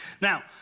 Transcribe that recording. Now